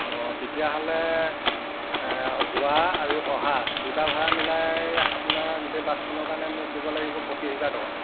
অঁ তেতিয়াহ'লে যোৱা আৰু অহা দুটা ভাড়া মিলাই আপোনাৰ গোটেই বাছখনৰ কাৰণে মোক দিব লাগিব পঁচিছ হাজাৰ টকা